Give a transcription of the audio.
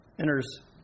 enters